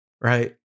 right